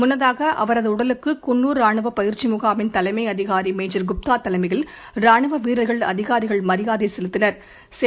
முன்னதாகஅவரதுஉடலுக்குகுன்னுர் ராணுவபயிற்சிமுகாமின் தலைமைஅதிகாரிமேஜர் குப்தாதலைமையில் ராணுவவீரர்கள் அதிகாரிகள் மரியாதைசெலுத்தினா்